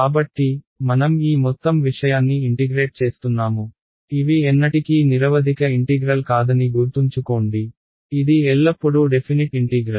కాబట్టి మనం ఈ మొత్తం విషయాన్ని ఇంటిగ్రేట్ చేస్తున్నాము ఇవి ఎన్నటికీ నిరవధిక ఇంటిగ్రల్ కాదని గుర్తుంచుకోండి ఇది ఎల్లప్పుడూ డెఫినిట్ ఇంటిగ్రల్